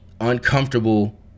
uncomfortable